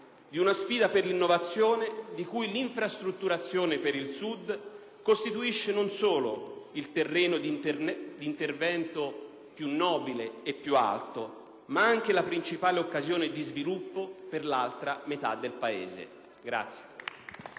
di una sfida per l'innovazione di cui l'infrastrutturazione per il Sud costituisce non solo il terreno di intervento più nobile ed alto, ma anche la principale occasione di sviluppo per l'altra metà del Paese.